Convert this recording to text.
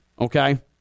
okay